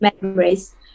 memories